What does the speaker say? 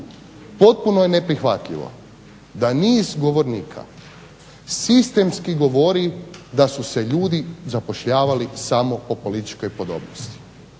Potpuno je neprihvatljivo da niz govornika sistemski govori da su se ljudi zapošljavali samo po političkoj podobnosti,